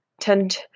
tend